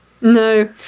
No